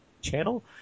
channel